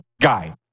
guy